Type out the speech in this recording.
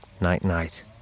night-night